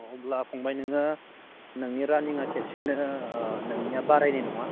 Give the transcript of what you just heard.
अब्ला फंबाय नोङो नोंनि रानिङा खेबसेनो नोंनिया बारायनाय नङा